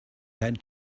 had